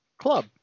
club